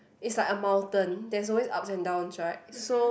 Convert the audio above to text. it's like a mountain there's always ups and downs right so